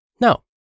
No